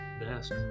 best